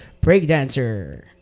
breakdancer